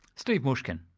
steve mushkin.